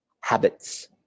habits